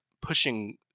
pushing